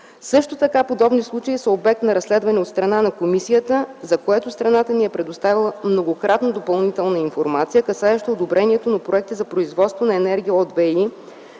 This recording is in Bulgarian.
Също така подобни случаи са обект на разследване от страна на комисията, за което страната ни е предоставила многократно допълнителна информация, касаеща одобрението на проекти за производство на енергия от